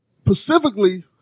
specifically